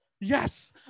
yes